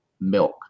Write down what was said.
milk